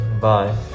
Bye